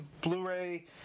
Blu-ray